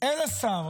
אל השר